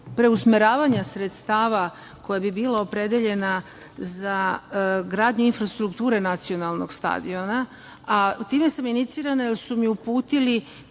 preusmeravanja sredstava koja bi bila opredeljena za gradnju infrastrukture nacionalnog stadiona, a time sam inicirana, jer su mi uputili